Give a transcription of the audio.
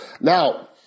Now